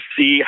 see